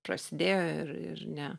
prasidėjo ir ir ne